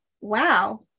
wow